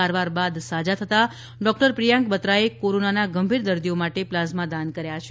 સારવાર બાદ સાજા થતાં ડોકટર પ્રિયાંક બત્રાએ કોરોનાના ગંભીર દર્દીઓ માટે પ્લાઝમા દાન કર્યા છે